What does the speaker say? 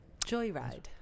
Joyride